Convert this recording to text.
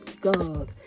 god